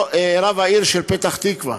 רב העיר פתח-תקווה.